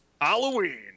Halloween